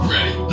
Ready